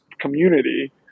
community